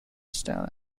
style